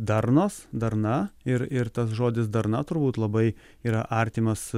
darnos darna ir ir tas žodis darna turbūt labai yra artimas